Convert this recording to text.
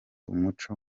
umuco